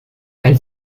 elle